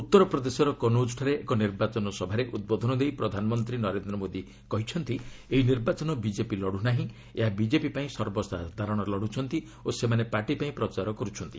ଉତ୍ତର ପ୍ରଦେଶର କନୌଜ୍ଠାରେ ଏକ ନିର୍ବାଚନ ସଭାରେ ଉଦ୍ବୋଧନ ଦେଇ ପ୍ରଧାନମନ୍ତ୍ରୀ ନରେନ୍ଦ୍ର ମୋଦି କହିଛନ୍ତି ଏହି ନିର୍ବାଚନ ବିଜେପି ଲଢୁ ନାହିଁ ଏହା ବିଜେପି ପାଇଁ ସର୍ବସାଧାରଣ ଲଢୁଛନ୍ତି ଓ ସେମାନେ ପାର୍ଟି ପାଇଁ ପ୍ରଚାର କରୁଛନ୍ତି